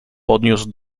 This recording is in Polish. podniósł